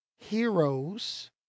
heroes